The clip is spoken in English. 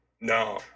No